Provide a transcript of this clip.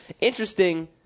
Interesting